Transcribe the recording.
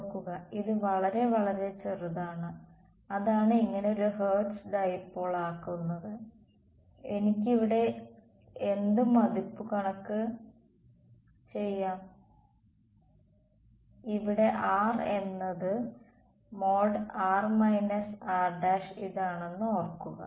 ഓർക്കുക ഇത് വളരെ വളരെ ചെറുതാണ് അതാണ് ഇതിനെ ഒരു ഹെർട്സ് ഡൈപോൾ ആക്കുന്നത് എനിക്ക് ഇവിടെ എന്ത് മതിപ്പുകണക്ക് ചെയ്യാം ഇവിടെ R എന്നത് ഇതാണെന്ന് ഓർക്കുക